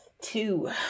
Two